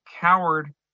coward